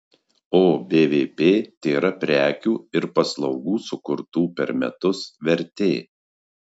o bvp tėra prekių ir paslaugų sukurtų per metus vertė